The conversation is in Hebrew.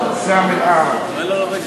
חבר הכנסת